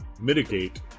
mitigate